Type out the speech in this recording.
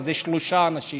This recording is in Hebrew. אז זה שלושה אנשים